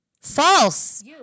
False